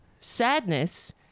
sadness